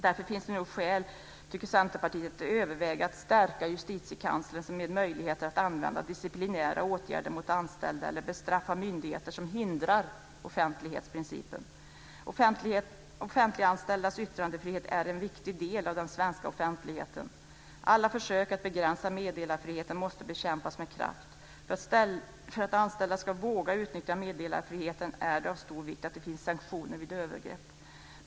Därför finns det nu skäl, tycker Centerpartiet, att överväga att stärka justitiekanslern med möjligheter att använda disciplinära åtgärder mot anställda eller bestraffa myndigheter som hindrar offentlighetsprincipen. Offentliganställdas yttrandefrihet är en viktig del av den svenska offentligheten. Alla försök att begränsa meddelarfriheten måste bekämpas med kraft. För att anställda ska våga utnyttja meddelarfriheten är det av stor vikt att det finns sanktioner vid övergrepp.